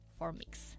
formix